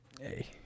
hey